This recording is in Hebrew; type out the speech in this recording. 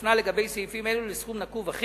ומפנה לגבי סעיפים אלו לסכום נקוב אחיד.